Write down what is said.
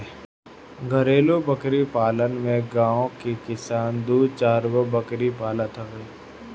घरेलु बकरी पालन में गांव के किसान दू चारगो बकरी पालत हवे